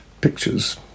pictures